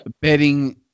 betting